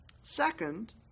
Second